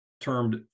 termed